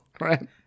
Right